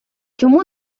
чому